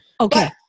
Okay